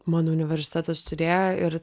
mano universitetas turėjo ir